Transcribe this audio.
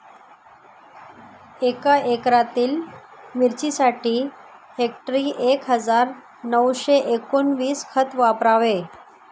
एका एकरातील मिरचीसाठी हेक्टरी एक हजार नऊशे एकोणवीस खत वापरावे